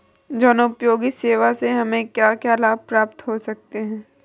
जनोपयोगी सेवा से हमें क्या क्या लाभ प्राप्त हो सकते हैं?